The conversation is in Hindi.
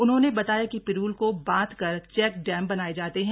उन्होंने बताया कि पिरूल को बांध कर चैक डैम बनाये जाते हैं